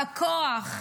הכוח.